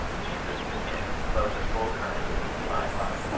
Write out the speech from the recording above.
jesus, in whom flowed the full current of this divine love,